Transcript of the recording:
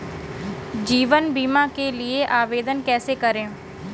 जीवन बीमा के लिए आवेदन कैसे करें?